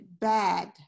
bad